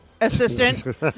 assistant